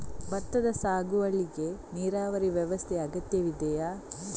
ಭತ್ತದ ಸಾಗುವಳಿಗೆ ನೀರಾವರಿ ವ್ಯವಸ್ಥೆ ಅಗತ್ಯ ಇದೆಯಾ?